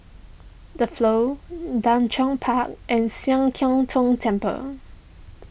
the Flow Park and Sian Keng Tong Temple